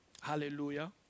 Hallelujah